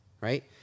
right